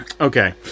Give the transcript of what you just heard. Okay